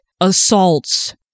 assaults